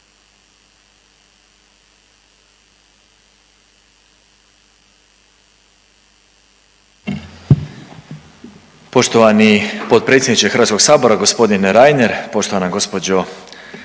Poštovani potpredsjedniče Hrvatskog sabora gospodine Reiner, poštovana gospođo